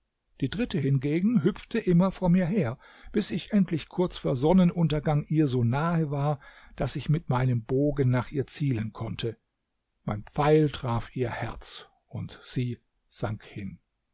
die dritte hingegen hüpfte immer vor mir her bis ich endlich kurz vor sonnenuntergang ihr so nahe war daß ich mit meinem bogen nach ihr zielen konnte mein pfeil traf ihr herz und sie sank hin